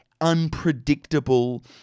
unpredictable